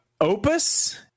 Opus